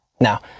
Now